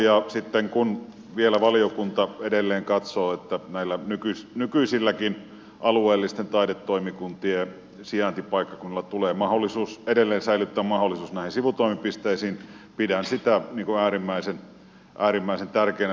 ja sitten kun vielä valiokunta edelleen katsoo että näillä nykyisilläkin alueellisten taidetoimikuntien sijaintipaikkakunnilla tulee edelleen säilyttää mahdollisuus sivutoimipisteisiin pidän sitä äärimmäisen tärkeänä